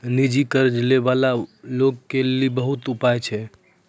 निजी कर्ज लै बाला लोगो के लेली बहुते उपाय होय छै